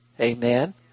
Amen